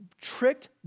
tricked